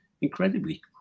incredibly